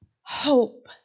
Hope